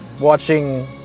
watching